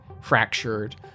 fractured